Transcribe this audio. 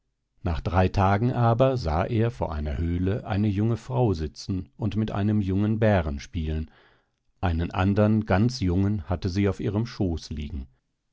nach drei tagen aber sah er vor einer höhle eine junge frau sitzen und mit einem jungen bären spielen einen andern ganz jungen hatte sie auf ihrem schooß liegen